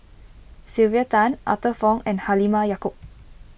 Sylvia Tan Arthur Fong and Halimah Yacob